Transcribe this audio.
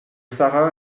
sara